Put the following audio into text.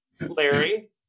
Larry